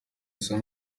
isa